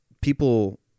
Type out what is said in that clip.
people